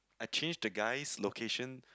I changed the guy's location